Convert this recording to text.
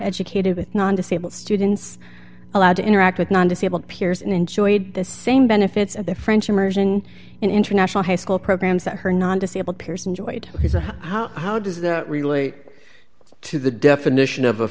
educated with non disabled students allowed to interact with non disabled peers and enjoyed the same benefits of their french immersion in international high school programs that her non disabled peers enjoyed how how does that relate to the definition of